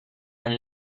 and